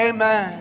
Amen